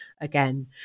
again